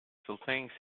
solfaing